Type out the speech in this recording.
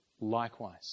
likewise